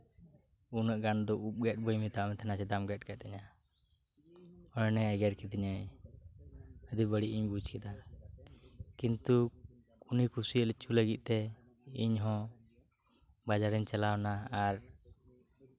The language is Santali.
ᱩᱱᱟᱹᱜ ᱜᱟᱱ ᱫᱚ ᱩᱵ ᱜᱮᱫ ᱵᱟᱹᱧ ᱢᱮᱛᱟᱜ ᱢᱮ ᱛᱟᱸᱦᱮᱱᱟ ᱪᱮᱫᱟᱜ ᱮᱢ ᱜᱮᱫ ᱠᱮᱜ ᱛᱤᱧᱟ ᱩᱱᱟᱹᱜ ᱮ ᱮᱜᱮᱨ ᱠᱤᱫᱤᱧᱟ ᱟᱹᱰᱤ ᱵᱟᱹᱲᱤᱡ ᱤᱧ ᱵᱩᱡ ᱠᱮᱫᱟ ᱠᱤᱱᱛᱩ ᱩᱱᱤ ᱠᱩᱥᱤ ᱦᱚᱪᱚ ᱞᱟᱹᱜᱤᱫ ᱛᱮ ᱤᱧ ᱦᱚᱸ ᱵᱟᱡᱟᱨ ᱤᱧ ᱪᱟᱞᱟᱣ ᱮᱱᱟ ᱟᱨ